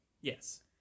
Yes